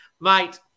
mate